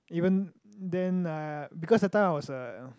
even then uh because that time I was a